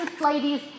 ladies